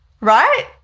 Right